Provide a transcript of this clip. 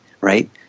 right